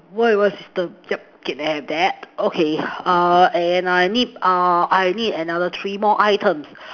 why why what system yup okay I'll have that okay err and I need err I need another three more items